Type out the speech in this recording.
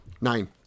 Nine